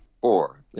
Four